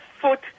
foot